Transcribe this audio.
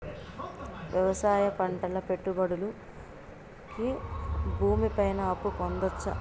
వ్యవసాయం పంటల పెట్టుబడులు కి భూమి పైన అప్పు పొందొచ్చా?